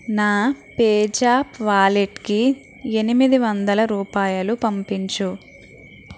నా పేజాప్ వాలెట్కి ఎనిమిది వందల రూపాయలు పంపించు